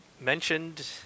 mentioned